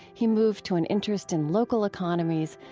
he moved to an interest in local economies,